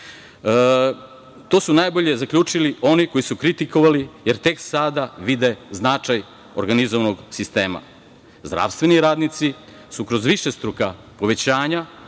to su najbolje zaključili oni koji su kritikovali, jer tek sada vide značaj organizovanog sistema. Zdravstveni radnici su kroz višestruka povećanja